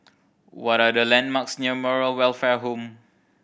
what are the landmarks near Moral Welfare Home